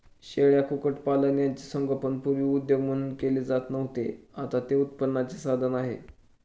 शेळ्या, कुक्कुटपालन यांचे संगोपन पूर्वी उद्योग म्हणून केले जात नव्हते, आता ते उत्पन्नाचे साधन आहे